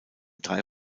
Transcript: drei